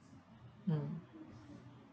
mm